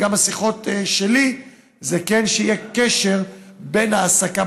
וגם השיחות שלי זה שכן יהיה קשר להעסקה,